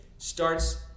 Starts